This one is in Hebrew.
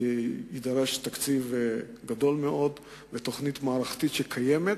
יידרש תקציב גדול מאוד לביצוע תוכנית מערכתית שקיימת.